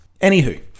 Anywho